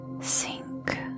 sink